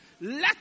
let